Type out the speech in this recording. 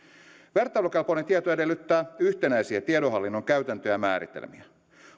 vertailukelpoinen tieto edellyttää yhtenäisiä tiedonhallinnan käytäntöjä ja määritelmiä